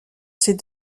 ces